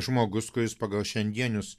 žmogus kuris pagal šiandienius